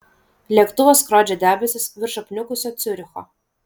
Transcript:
lėktuvas skrodžia debesis virš apniukusio ciuricho